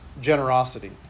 Generosity